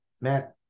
Matt